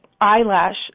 eyelash